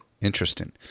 Interesting